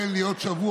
תן לי עוד שבוע,